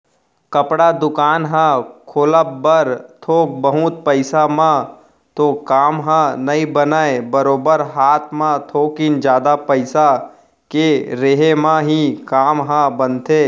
कपड़ा दुकान ह खोलब बर थोक बहुत पइसा म तो काम ह नइ बनय बरोबर हात म थोकिन जादा पइसा के रेहे म ही काम ह बनथे